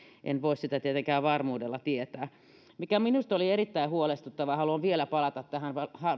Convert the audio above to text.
en voi sitä tietenkään varmuudella tietää minusta oli erittäin huolestuttavaa ja haluan vielä palata tähän